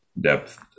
depth